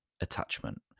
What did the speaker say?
attachment